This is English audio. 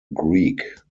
greek